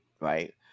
right